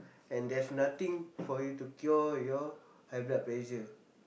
and there's nothing for you to cure your high blood pressure